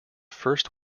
first